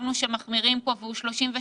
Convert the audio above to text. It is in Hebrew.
חשבנו שמחמירים פה והוא 37,